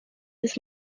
this